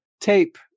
tape